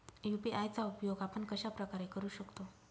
UPI चा उपयोग आपण कशाप्रकारे करु शकतो?